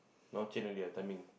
no change already ah timing